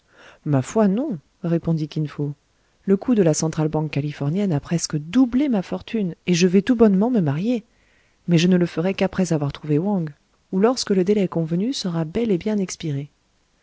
ma foi non répondit kin fo le coup de la centrale banque californienne a presque doublé ma fortune et je vais tout bonnement me marier mais je ne le ferai qu'après avoir retrouvé wang ou lorsque le délai convenu sera bel et bien expiré